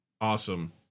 Awesome